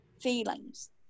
feelings